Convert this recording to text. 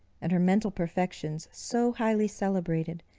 and her mental perfections so highly celebrated,